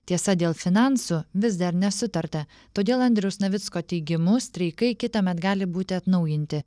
tiesa dėl finansų vis dar nesutarta todėl andriaus navicko teigimu streikai kitąmet gali būti atnaujinti